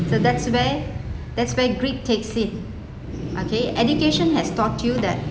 so that's where that's where greed takes in okay education has taught you that